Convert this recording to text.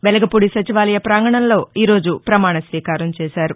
వెలగపూడి సచివాలయ పాంగణంలో ఈ రోజు ప్రమాణస్వీకారం చేశారు